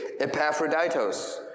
Epaphroditos